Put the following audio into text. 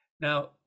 Now